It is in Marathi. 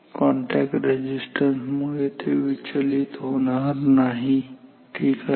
कॉन्टॅक्ट रेझिस्टन्स मुळे ते विचलित होणार नाही ठीक आहे